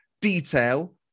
detail